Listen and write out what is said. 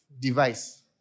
device